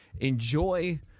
enjoy